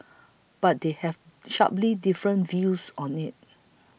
but they have sharply different views on it